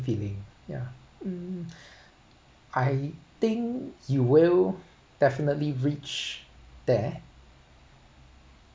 feeling yeah um I think you will definitely reach there